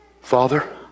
Father